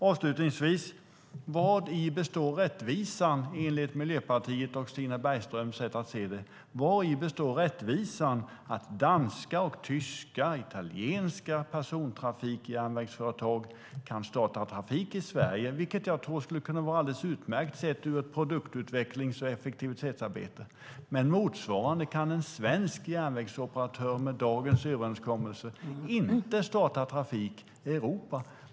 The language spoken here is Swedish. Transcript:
Avslutningsvis: Enligt Miljöpartiets och Stina Bergströms sätt att se det, vari består rättvisan i att danska, tyska och italienska persontrafikjärnvägsföretag kan starta trafik i Sverige? Jag tror att det skulle kunna vara utmärkt sett ur ett produktutvecklings och effektivitetsarbete, men en svensk järnvägsoperatör kan med dagens överenskommelser inte starta trafik i Europa.